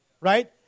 Right